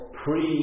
pre